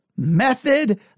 method